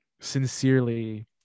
sincerely